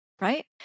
right